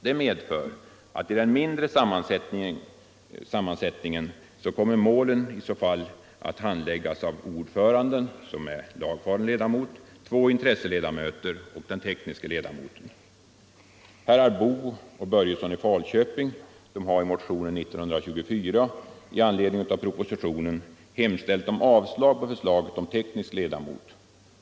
Det medför att i den mindre sammansättningen kommer målen i så fall att handläggas av ordföranden som är lagfaren ledamot, två intresseledamöter och den tekniska ledamoten. av propositionen hemställt om avslag på förslaget om teknisk ledamot.